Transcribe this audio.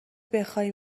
بخای